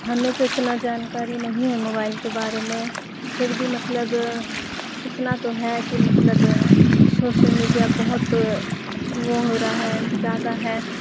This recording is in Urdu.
ہمیں تو اتنا جانکاری نہیں ہے موبائل کے بارے میں پھر بھی مطلب اتنا تو ہے کہ مطلب شوشل میڈیا بہت وہ ہو رہا ہے جیادہ ہے